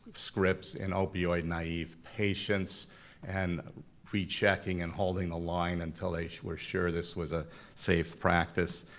scripts in opioid naive patients and rechecking and holding the line until they were sure this was a safe practice.